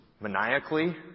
maniacally